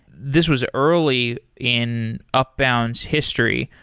this was early in upbound's history.